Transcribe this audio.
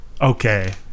okay